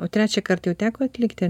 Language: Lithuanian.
o trečią kart jau teko atlikti